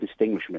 distinguishment